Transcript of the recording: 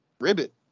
Ribbit